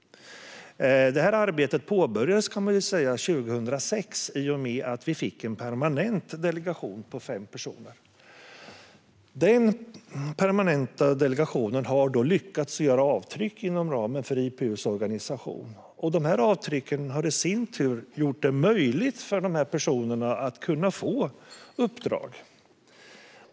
Man kan säga att arbetet påbörjades 2006 i och med att vi fick en permanent delegation på fem personer. Den permanenta delegationen har lyckats göra avtryck inom ramen för IPU:s organisation, och de avtrycken har i sin tur gjort det möjligt för dessa personer att få uppdrag.